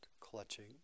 clutching